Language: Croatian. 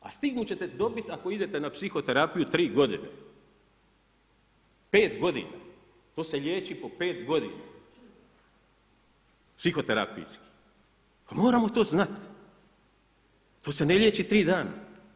A stigmu ćete dobiti ako idete na psihoterapiju 3 godine, 5 godina, to se liječi po 5 godina psihoterapijski, pa moramo to znat, to se ne liječi 3 dana.